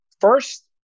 first